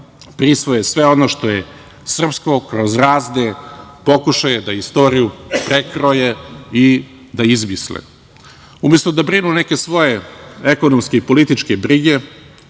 prisvoje sve ono što je srpsko, kroz razne pokušaje da istoriju prekroje i da izmisle. Umesto da brinu neke svoje ekonomske i političke brige,